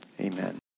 amen